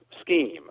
scheme